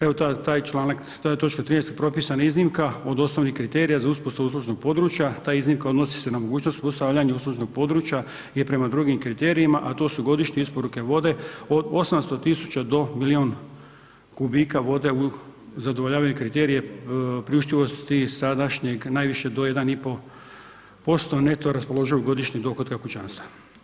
Evo taj članak, ta točka 13. je propisana iznimka od osnovnih kriterija za uspostavu uslužnog području, ta iznimka odnosi se na mogućnost uspostavljanja uslužnog područja je prema drugim kriterijima, a to su godišnje isporuke vode, od 800 000 do milijun kubika vode zadovoljavaju kriterije priuštivosti sadašnjeg najviše do 1,5% neto raspoloživog godišnjeg dohotka kućanstva.